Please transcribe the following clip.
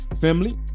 family